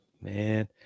man